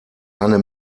eine